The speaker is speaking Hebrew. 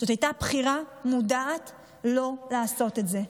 זו הייתה בחירה מודעת לא לעשות את זה.